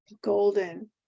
golden